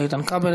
איתן כבל,